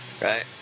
right